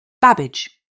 Babbage